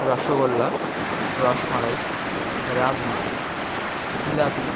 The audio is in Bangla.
রসগোল্লা রসমলাই রাবড়ি জিলিপি